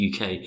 uk